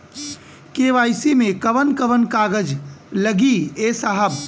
KYC मे कवन कवन कागज लगी ए साहब?